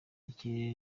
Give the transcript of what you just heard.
ikirere